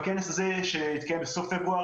הכנס הזה התקיים בסוף פברואר,